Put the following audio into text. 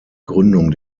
gründung